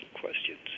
questions